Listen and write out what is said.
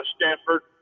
Stanford